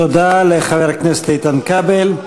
תודה לחבר הכנסת איתן כבל.